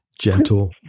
Gentle